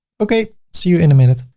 okay. see you in a minute.